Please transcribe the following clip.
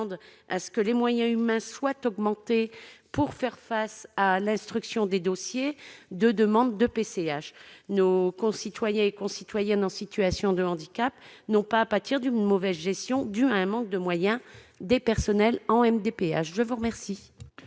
que les moyens humains soient augmentés pour faire face à l'instruction des dossiers de demande de PCH. Nos concitoyennes et concitoyens en situation de handicap ne doivent pas faire les frais d'une mauvaise gestion due à un manque de moyens des personnels des MDPH. Quel